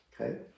okay